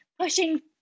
pushing